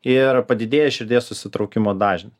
ir padidėja širdies susitraukimo dažni